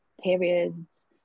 periods